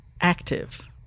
active